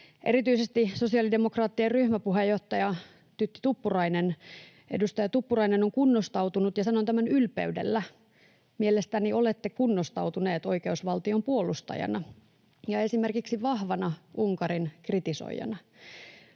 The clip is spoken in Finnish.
Erityisesti sosiaalidemokraattien ryhmäpuheenjohtaja, edustaja Tytti Tuppurainen on kunnostautunut, ja sanon tämän ylpeydellä: Mielestäni olette kunnostautunut oikeusvaltion puolustajana ja esimerkiksi vahvana Unkarin kritisoijana.